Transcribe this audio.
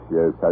yes